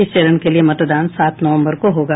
इस चरण के लिये मतदान सात नवंबर को होगा